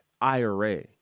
IRA